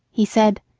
he said,